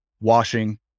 washing